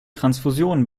transfusionen